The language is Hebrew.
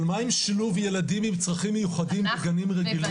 אבל מה עם שילוב ילדים עם צרכים מיוחדים בגנים רגילים?